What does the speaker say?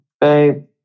Babe